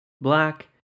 black